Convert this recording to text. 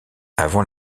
avant